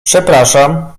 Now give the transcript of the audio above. przepraszam